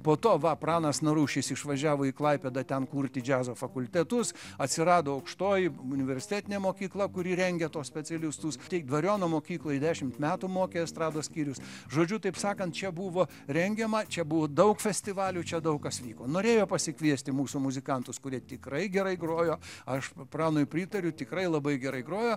po to va pranas narušis išvažiavo į klaipėdą ten kurti džiazo fakultetus atsirado aukštoji universitetinė mokykla kuri rengia tuos specialistus tiek dvariono mokykloj dešimt metų mokė estrados skyrius žodžiu taip sakant čia buvo rengiama čia buvo daug festivalių čia daug kas vyko norėjo pasikviesti mūsų muzikantus kurie tikrai gerai grojo aš pranui pritariu tikrai labai gerai grojo